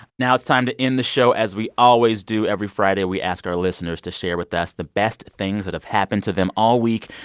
now it's time to end the show as we always do. every friday, we ask our listeners to share with us the best things that have happened to them all week.